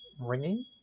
ringing